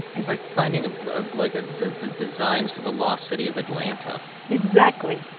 it's like finding ah ah like ah the the designs for the lost city of atlantis exactly.